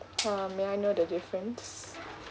um may I know the difference